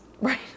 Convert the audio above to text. Right